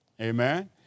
Amen